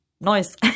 noise